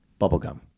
bubblegum